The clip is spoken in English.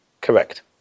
Correct